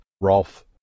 Rolf